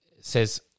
says